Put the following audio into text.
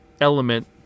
element